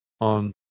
on